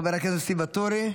חבר הכנסת ניסים ואטורי,